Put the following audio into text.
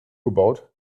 gebaut